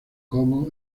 como